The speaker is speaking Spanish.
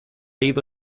ido